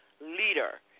leader